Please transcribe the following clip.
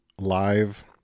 live